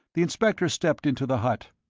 the inspector stepped into the hut.